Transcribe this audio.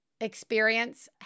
experience